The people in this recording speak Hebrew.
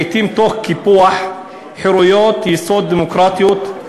לעתים תוך קיפוח חירויות יסוד דמוקרטיות.